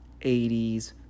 80s